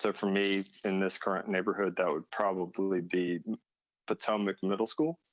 so for me, in this current neighborhood, that would probably be potomac middle school,